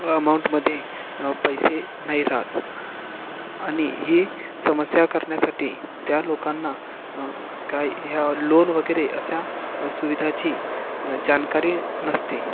अमाउंटमध्ये पैसे नाही राहत आणि ही समस्या करण्यासाठी त्या लोकांना का ह्या लोन वगैरे अशा सुविधाची जानकारी नसते